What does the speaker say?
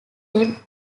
them